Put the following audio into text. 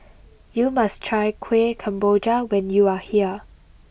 you must try Kueh Kemboja when you are here